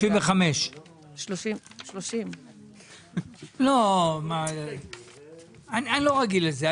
35. 30. לא, אני לא רגיל לזה.